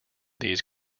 these